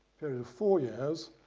period of four years,